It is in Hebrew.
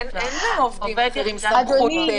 אין לעובדים אחרים סמכות חוקית לדבר.